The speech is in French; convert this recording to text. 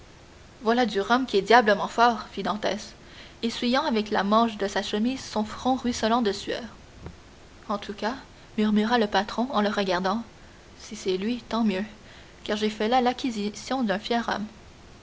voilà du rhum qui est diablement fort fit dantès essuyant avec la manche de sa chemise son front ruisselant de sueur en tout cas murmura le patron en le regardant si c'est lui tant mieux car j'ai fait là l'acquisition d'un fier homme